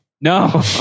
No